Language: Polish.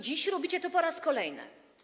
Dziś robicie to po raz kolejny.